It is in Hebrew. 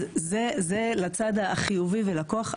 אז זה, זה לצד החיובי ולכוח.